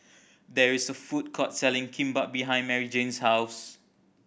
there is a food court selling Kimbap behind Maryjane's house